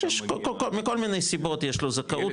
מכל מיני סיבות יש לו זכאות,